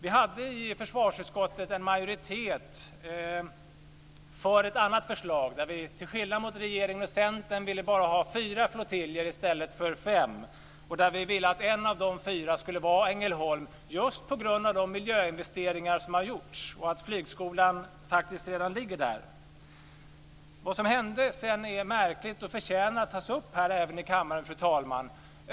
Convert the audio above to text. Vi hade i försvarsutskottet majoritet för ett annat förslag. Till skillnad från regeringen och Centern ville vi bara ha fyra flottiljer i stället för fem och att en av dem skulle vara Ängelholm, just på grund av de miljöinvesteringar som har gjorts och på grund av att flygskolan faktiskt redan ligger där. Vad som sedan hände är märkligt och förtjänar att tas upp här i kammaren, fru talman.